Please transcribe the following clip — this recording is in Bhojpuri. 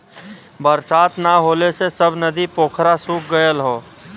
बरसात ना होले से सब नदी पोखरा सूख गयल हौ